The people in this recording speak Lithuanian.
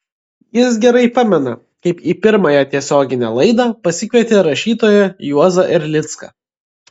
jis gerai pamena kaip į pirmąją tiesioginę laidą pasikvietė rašytoją juozą erlicką